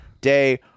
day